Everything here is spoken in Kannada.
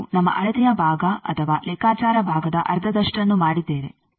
ಆದ್ದರಿಂದ ನಾವು ನಮ್ಮ ಅಳತೆಯ ಭಾಗ ಅಥವಾ ಲೆಕ್ಕಾಚಾರ ಭಾಗದ ಅರ್ಧದಷ್ಟನ್ನು ಮಾಡಿದ್ದೇವೆ